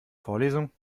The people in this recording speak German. vorlesung